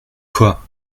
quoi